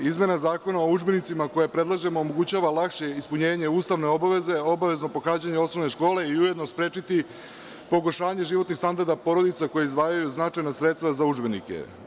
Izmena Zakona o udžbenicima koju predlažemo omogućava lakše ispunjenje ustavne obaveze o obaveznom pohađanju osnovne škole i ujedno će sprečiti pogoršanje životnih standarda porodica koje izdvajaju značajna sredstva za udžbenike.